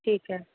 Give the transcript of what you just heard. ਠੀਕ ਹੈ